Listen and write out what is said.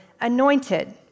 anointed